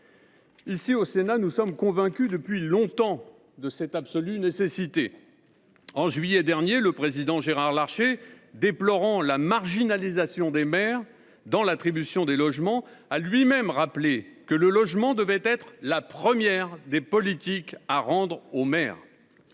Ici, au Sénat, nous sommes convaincus depuis longtemps de cette absolue nécessité. En juillet dernier, le président Gérard Larcher, déplorant la « marginalisation des maires » dans l’attribution des logements, a lui même rappelé que le logement devait être la première des politiques à « rendre » aux maires.